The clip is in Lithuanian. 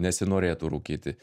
nesinorėtų rūkyti